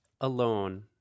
alone